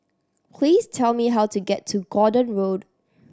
please tell me how to get to Gordon Road